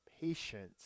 patience